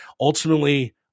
Ultimately